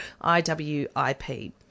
IWIP